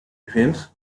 events